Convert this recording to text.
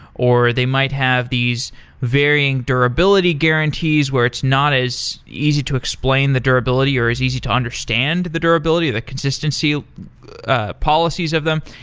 or they might have these varying durability guarantees where it's not as easy to explain the durability, or is easy to understand the durability, the consistency ah policies of them.